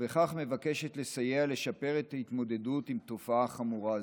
ובכך מבקשת לסייע ולשפר את ההתמודדות עם תופעה חמורה זו.